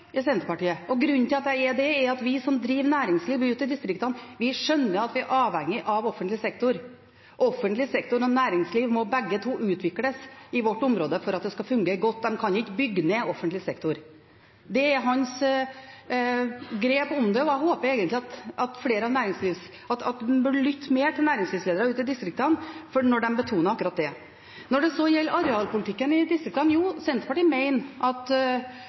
i Senterpartiet, og grunnen til at jeg er det, er at vi som driver næringsliv ute i distriktene, skjønner at vi er avhengig av offentlig sektor. Offentlig sektor og næringsliv må begge utvikles i vårt område for at det skal fungere godt. Man kan ikke bygge ned offentlig sektor. Det er hans grep om det, og jeg håper man lytter mer til næringslivsledere ute i distriktene når de betoner akkurat det. Når det så gjelder arealpolitikken i distriktene, mener Senterpartiet at